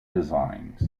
designs